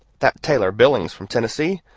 that tailor billings, from tennessee,